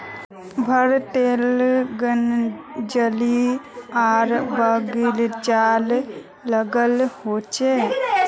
भारतेर गाछ जंगली आर बगिचात लगाल होचे